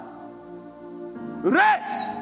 Race